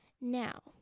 Now